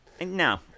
No